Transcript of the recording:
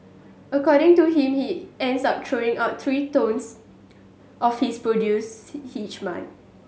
according to him he ends up throwing out three tonnes of his produce each month